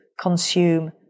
consume